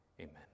Amen